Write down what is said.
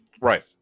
right